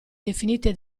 definite